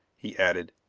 he added.